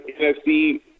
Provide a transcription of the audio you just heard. NFC